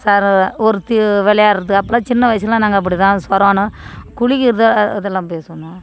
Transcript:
sir ஒருத்தி விளையாடுறது அப்போலாம் சின்ன வயசில்லாம் நாங்கள் அப்படி தான் சொரான்னு குளிக்கறது அதெல்லாம் பேசு